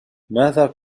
ماذا